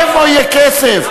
מאיפה יהיה כסף?